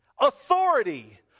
authority